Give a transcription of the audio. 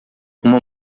uma